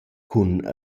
cun